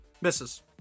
misses